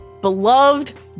beloved